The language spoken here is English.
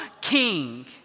king